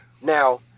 Now